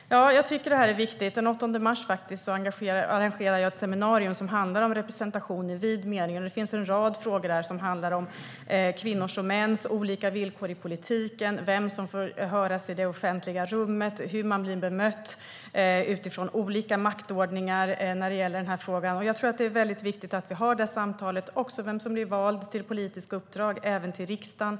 Herr talman! Jag tycker att detta är viktigt. Den 8 mars arrangerar jag ett seminarium som handlar om representation i vid mening. Det finns en rad frågor där som handlar om kvinnors och mäns olika villkor i politiken, vem som får höras i det offentliga rummet och hur man blir bemött utifrån olika maktordningar när det gäller den här frågan. Det är väldigt viktigt att vi har det samtalet. Det gäller också vem som blir vald till politiska uppdrag och även till riksdagen.